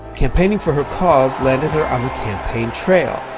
campaigning for her cause landed her on the campaign trail.